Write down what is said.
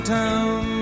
town